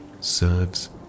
serves